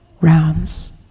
Rounds